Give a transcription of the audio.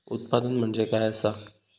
उत्पादन म्हणजे काय असा?